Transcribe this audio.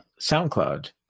SoundCloud